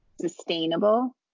sustainable